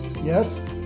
Yes